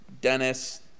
Dennis